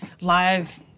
live